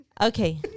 Okay